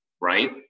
right